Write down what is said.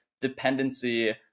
dependency